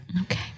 Okay